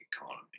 economy